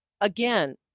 Again